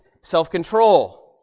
self-control